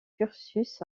cursus